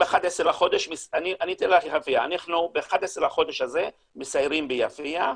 ב-11 לחודש הזה אנחנו מסיירים ביפיע.